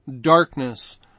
darkness